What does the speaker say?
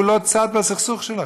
הוא לא צד בסכסוך שלכם.